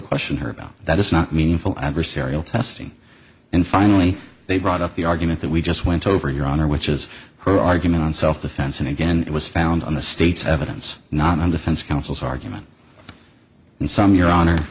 question her about that it's not meaningful adversarial testing and finally they brought up the argument that we just went over your honor which is her argument on self defense and again it was found on the state's evidence not on the fence counsel's argument in sum your honor